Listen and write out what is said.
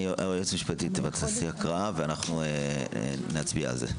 היועצת המשפטית תעשה הקראה ונצביע על זה.